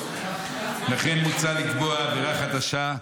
--- לכן מוצע לקבוע עבירה חדשה,